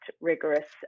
rigorous